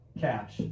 cash